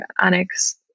annex